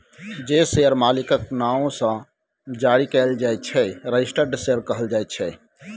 जे शेयर मालिकक नाओ सँ जारी कएल जाइ छै रजिस्टर्ड शेयर कहल जाइ छै